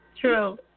true